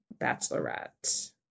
Bachelorette